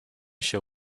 się